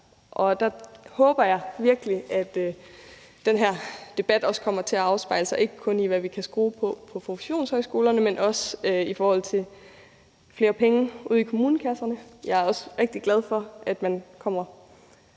Jeg håber virkelig, at den her debat ikke kun kommer til at pege på, hvad vi kan skrue på ude på produktionshøjskolerne, men også vil handle om flere penge ude i kommunekasserne. Jeg er rigtig glad for, at man kommer